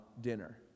dinner